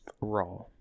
raw